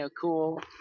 cool